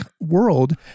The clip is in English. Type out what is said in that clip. world